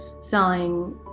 selling